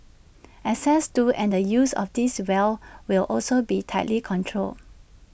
access to and the use of these wells will also be tightly controlled